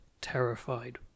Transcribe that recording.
terrified